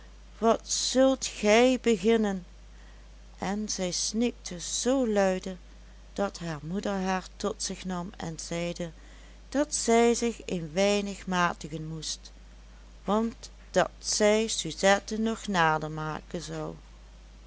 wat zult gij beginnen en zij snikte zoo luide dat haar moeder haar tot zich nam en zeide dat zij zich een weinig matigen moest want dat zij suzette nog